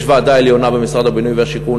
יש ועדה עליונה במשרד הבינוי והשיכון